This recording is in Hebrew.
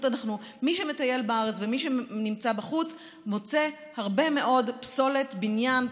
מי שמטייל בארץ ומי שנמצא בחוץ מוצא הרבה מאוד פסולת בניין,